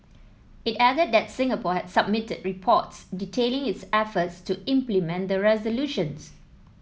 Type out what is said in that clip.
it added that Singapore had submitted reports detailing its efforts to implement the resolutions